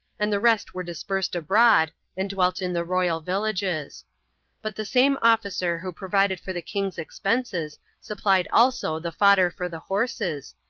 and the rest were dispersed abroad, and dwelt in the royal villages but the same officer who provided for the king's expenses supplied also the fodder for the horses,